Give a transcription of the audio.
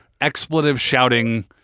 expletive-shouting